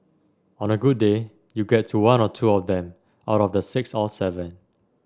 on a good day you get to one or two of them out of the six or seven